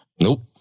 Nope